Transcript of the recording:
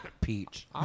Peach